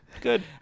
Good